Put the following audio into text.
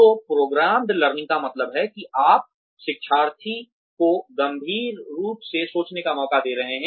तो programmed learning का मतलब है कि आप शिक्षार्थी को गंभीर रूप से सोचने का मौका दे रहे हैं